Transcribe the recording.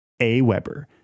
Aweber